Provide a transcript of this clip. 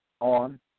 on